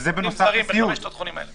עובדים זרים בחמשת התחומים האלה.